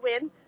win